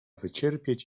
wycierpieć